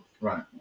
Right